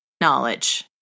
Knowledge